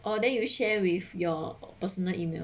orh then you share with your personal email